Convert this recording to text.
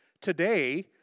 today